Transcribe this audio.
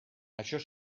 això